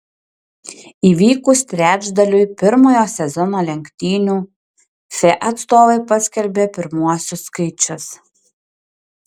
įvykus trečdaliui pirmojo sezono lenktynių fe atstovai paskelbė pirmuosius skaičius